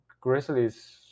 Grizzlies